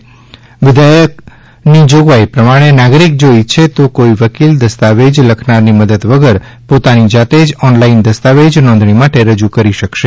સુધારા વિઘેયકની જોગવાઈ પ્રમાણે નાગરિક જો ઇચ્છે તો કોઇ વકીલ દસ્તાવેજ લખનારની મદદ વગર પોતાની જાતે જ ઓનલાઇન દસ્તાવેજ નોંધણી માટે રજૂ કરી શકશે